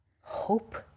hope